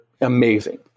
amazing